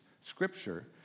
scripture